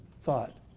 thought